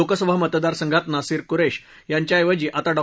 लोकसभा मतदारसंघात नसीर कुरेश यांच्या ऐवजी आता डॉ